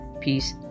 peace